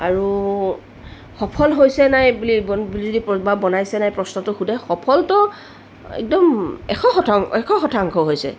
আৰু সফল হৈছে নাই বুলি বন যদি বা বনাইছে নে নাই বুলি যদি প্ৰশ্নটো সোধে সফলটো একদম এশ শতাং এশ শতাংশ হৈছে